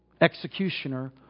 executioner